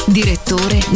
direttore